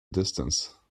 distance